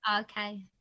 Okay